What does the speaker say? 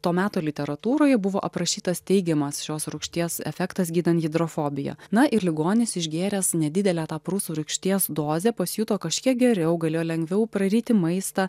to meto literatūroje buvo aprašytas teigiamas šios rūgšties efektas gydant hidrofobiją na ir ligonis išgėręs nedidelę tą prūsų rūgšties dozę pasijuto kažkiek geriau galėjo lengviau praryti maistą